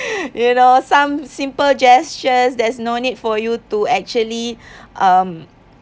you know some simple gestures there's no need for you to actually um